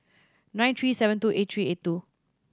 nine three seven two eight three eight two